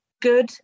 good